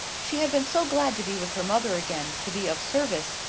she had been so glad to be with her mother again, to be of service,